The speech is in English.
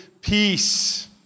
peace